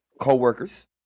co-workers